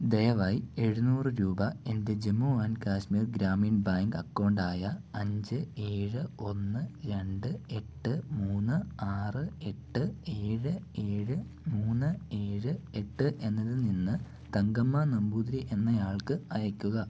ദയവായി എഴുന്നൂറ് രൂപ എൻ്റെ ജമ്മു ആൻഡ് കശ്മീർ ഗ്രാമീൺ ബാങ്ക് അക്കൗണ്ടായ അഞ്ച് ഏഴ് ഒന്ന് രണ്ട് എട്ട് മൂന്ന് ആറ് എട്ട് ഏഴ് ഏഴ് മൂന്ന് ഏഴ് എട്ട് എന്നതിൽ നിന്ന് തങ്കമ്മ നമ്പൂതിരി എന്നയാൾക്ക് അയക്കുക